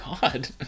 God